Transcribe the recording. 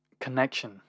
connection